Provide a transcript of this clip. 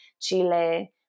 Chile